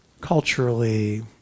culturally